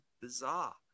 bizarre